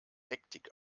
hektik